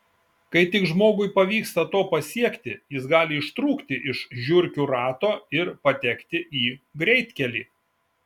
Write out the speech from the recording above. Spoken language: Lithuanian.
kai tik žmogui pavyksta to pasiekti jis gali ištrūkti iš žiurkių rato ir patekti į greitkelį